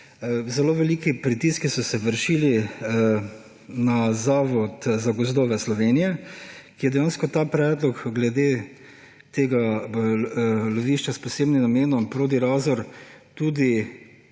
zelo veliki pritiski na Zavod za gozdove Slovenije, ki je dejansko ta predlog glede lovišča s posebnim namenom Prodi- Razor